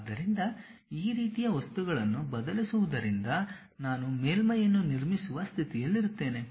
ಆದ್ದರಿಂದ ಈ ರೀತಿಯ ವಸ್ತುಗಳನ್ನು ಬದಲಿಸುವುದರಿಂದ ನಾನು ಮೇಲ್ಮೈಯನ್ನು ನಿರ್ಮಿಸುವ ಸ್ಥಿತಿಯಲ್ಲಿರುತ್ತೇನೆ